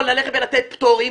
או לתת פטורים,